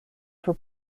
for